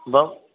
बम